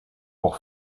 pour